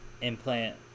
implant